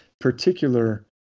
particular